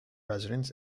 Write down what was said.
residents